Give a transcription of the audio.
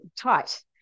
tight